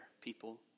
people